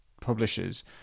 publishers